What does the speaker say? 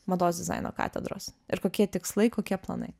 mados dizaino katedros ir kokie tikslai kokie planai